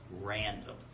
random